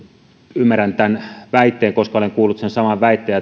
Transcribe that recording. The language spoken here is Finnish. ymmärrän tämän väitteen koska olen kuullut sen saman väitteen